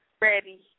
Ready